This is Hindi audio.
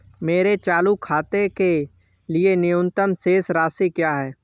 मेरे चालू खाते के लिए न्यूनतम शेष राशि क्या है?